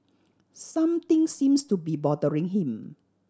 something seems to be bothering him